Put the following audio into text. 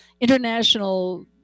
international